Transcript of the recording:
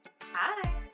Hi